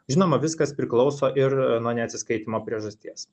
žinoma viskas priklauso ir nuo neatsiskaitymo priežasties